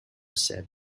said